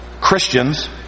Christians